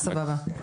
אז שנייה,